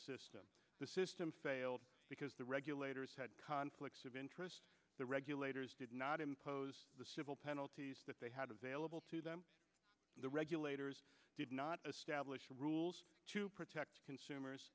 system the system failed because the regulators had conflicts of interest the regulators did not impose the civil penalties that they had available to them the regulators did not establish rules to protect consumers